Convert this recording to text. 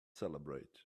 celebrate